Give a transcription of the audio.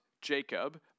Jacob